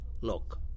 look